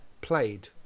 played